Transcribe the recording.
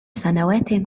سنوات